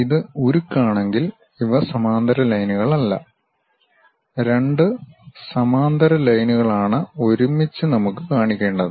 ഇത് ഉരുക്ക് ആണെങ്കിൽ ഇവ സമാന്തര ലൈനുകളല്ല രണ്ട് സമാന്തര ലൈനുകളാണ് ഒരുമിച്ച് നമുക്ക് കാണിക്കേണ്ടത്